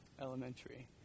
Elementary